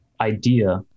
idea